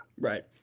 Right